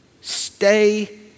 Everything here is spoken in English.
Stay